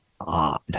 odd